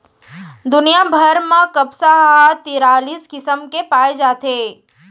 दुनिया भर म कपसा ह तिरालिस किसम के पाए जाथे